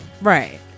Right